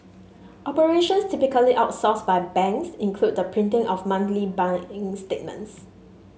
operations typically outsourced by banks include the printing of monthly bank in statements